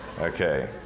Okay